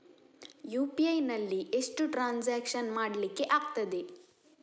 UPI ನಲ್ಲಿ ಎಷ್ಟು transaction ಮಾಡ್ಲಿಕ್ಕೆ ಆಗ್ತದೆ?